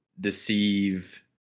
deceive